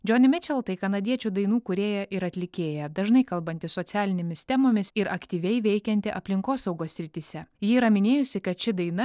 džoni mičel tai kanadiečių dainų kūrėja ir atlikėja dažnai kalbanti socialinėmis temomis ir aktyviai veikianti aplinkosaugos srityse ji yra minėjusi kad ši daina